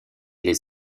les